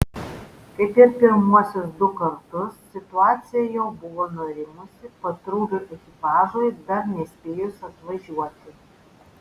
kaip ir pirmuosius du kartus situacija jau buvo nurimusi patrulių ekipažui dar nespėjus atvažiuoti